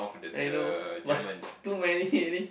like you know but too many ready